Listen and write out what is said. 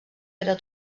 era